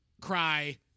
cry